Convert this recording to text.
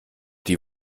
die